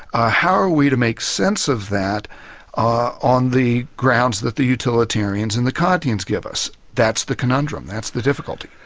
ah how are we to make sense of that ah on the grounds that the utilitarians and the kantians give us? that's the conundrum, that's the difficulty.